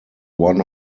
one